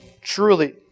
Truly